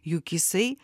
juk jisai